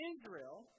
Israel